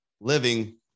living